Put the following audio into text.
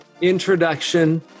introduction